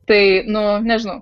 tai nu nežinau